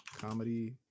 Comedy